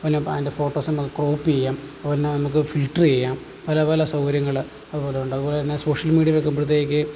പിന്നെ അതിൻ്റെ ഫോട്ടോസ് നമുക്ക് കോപ്പി ചെയ്യാം അതുപോലെതന്നെ നമുക്ക് ഫിൽട്ടർ ചെയ്യാം പല പല സൗകര്യങ്ങൾ അതുപോലെ ഉണ്ട് അതുപോലെതന്നെ സോഷ്യൽ മീഡിയ വെക്കുമ്പോഴത്തേക്ക്